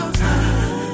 time